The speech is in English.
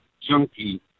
junkie